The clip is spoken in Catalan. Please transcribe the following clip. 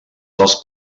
dels